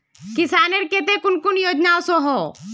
किसानेर केते कुन कुन योजना ओसोहो?